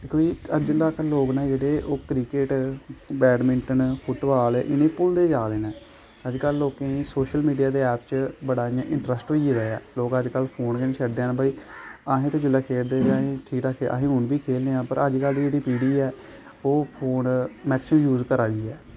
दिक्खो जी अज्ज तक लोग न जेह्ड़े ओह् क्रिकेट बैडमिंटन फुट्टबॉल इ'नें गी भुलदे जा दे न अजकल्ल लोकें गी सोशल मीडिया दे ऐप च बड़ा इ'यां इंट्रस्ट होई गेदा ऐ लोग अजकल्ल फोन गै निं छोड़दे हैन भाई अस ते जिसलै खेड़दे हे ते असें हून बी खेढने आं पर अजकल्ल दी जेह्ड़ी पीढ़ी ऐ ओह् फोन मैक्सिमम यूज करा दी ऐ